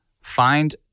find